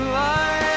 life